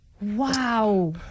Wow